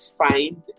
find